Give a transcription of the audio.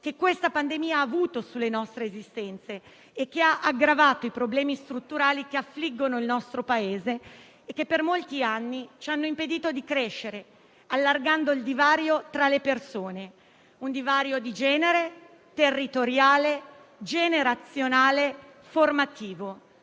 che questa pandemia ha avuto sulle nostre esistenze, aggravando i problemi strutturali che affliggono il nostro Paese e che per molti anni ci hanno impedito di crescere e allargando il divario tra le persone: un divario di genere, territoriale, generazionale e formativo,